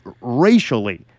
racially